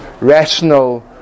rational